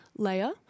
layer